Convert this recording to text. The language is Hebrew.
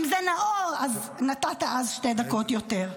אם זה נאור, אז נתת שתי דקות יותר.